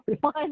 one